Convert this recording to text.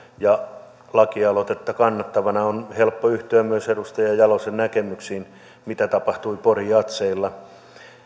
ja lakialoitetta kannattavana on helppo yhtyä myös edustaja jalosen näkemyksiin mitä tapahtui pori jazzeilla